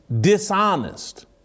dishonest